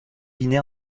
guinée